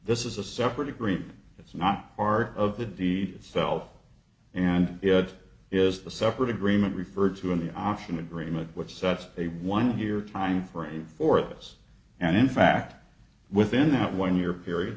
this is a separate agree it's not part of the deed itself and it is the separate agreement referred to in the auction agreement which sets a one year time frame for this and in fact within that one year period